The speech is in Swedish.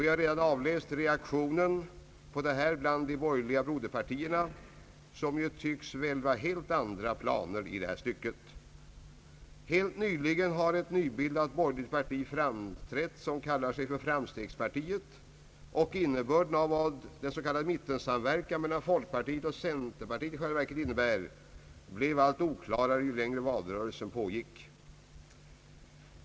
Vi har redan avläst reaktionen bland de borgerliga broderpartierna, som tycks välva helt andra planer i detta stycke. Ett nybildat parti, som kallar sig för framstegspartiet, har helt nyligen framträtt. Vad den s.k. mittensamverkan mellan folkpartiet och centerpartiet i själva verket innebär blev allt oklarare ju längre valrörelsen pågick.